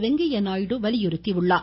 வெங்கையாநாயுடு வலியுறுத்தியுள்ளார்